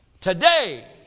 today